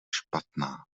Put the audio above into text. špatná